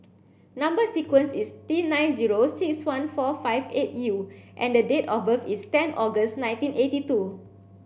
number sequence is T nine zero six one four five eight U and the date of birth is ten August nineteen eighty two